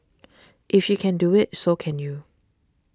if she can do it so can you